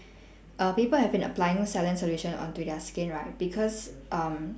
err people have been applying saline solution onto their skin right because um